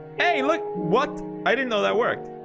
hey, look what i didn't know that worked